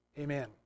Amen